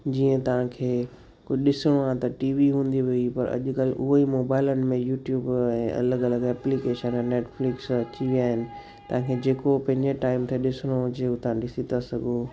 जीअं तव्हांखे कुझु ॾिसणो आहे त टी वी हूंदी हुई पर अॼकल्ह हूअ ई मोबाइलनि में यू ट्यूब आहे अलॻि अलॻि एप्लीकेशन आहिनि नेटफ़्लिक्स अची विया आहिनि त हीअ जेको पंहिंजे टाइप जो ॾिसणो हुजे हू तव्हां ॾिसी था सघो